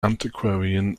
antiquarian